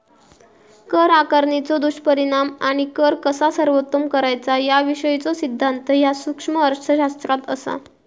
कर आकारणीचो दुष्परिणाम आणि कर कसा सर्वोत्तम करायचा याविषयीचो सिद्धांत ह्या सूक्ष्म अर्थशास्त्रात असा